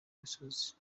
misozi